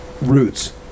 roots